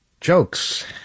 jokes